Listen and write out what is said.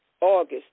August